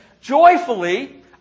joyfully